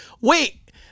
wait